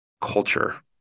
culture